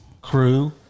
crew